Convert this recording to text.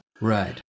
Right